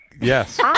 yes